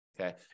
okay